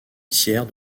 tiers